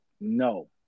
No